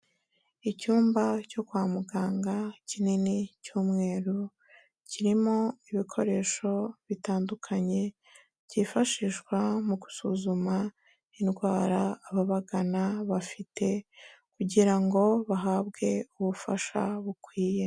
Icyumba cyo kwa muganga kinini cy'umweru, kirimo ibikoresho bitandukanye byifashishwa mu gusuzuma indwara ababagana bafite kugira ngo bahabwe ubufasha bukwiye.